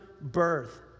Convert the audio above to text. birth